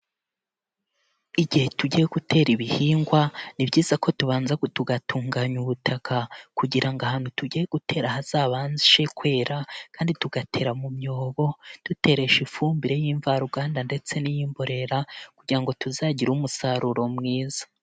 Igihe tugiye gutera ibihingwa ni byiza ko tubanza tugatunganya ubutaka, kugira ngo ahantu tugiye gutera hazabashe kwera, kandi tugatera mu myobo, duteresha ifumbire y'imvaruganda ndetse n'iy'imborera, kugira ngo tuzagire umusaruro mwiza.